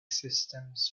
systems